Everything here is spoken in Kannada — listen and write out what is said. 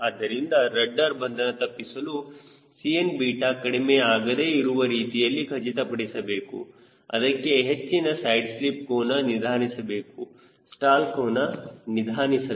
ಆದ್ದರಿಂದ ರಡ್ಡರ್ ಬಂಧನ ತಪ್ಪಿಸಲು Cn ಕಡಿಮೆ ಆಗದೇ ಇರುವ ರೀತಿಯಲ್ಲಿ ಖಚಿತಪಡಿಸಬೇಕು ಅದಕ್ಕೆ ಹೆಚ್ಚಿನ ಸೈಡ್ ಸ್ಲಿಪ್ ಕೋನ ನಿಧಾನಿಸಬೇಕು ಸ್ಟಾಲ್ ಕೋನ ನಿಧಾನಿಸಬೇಕು